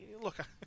look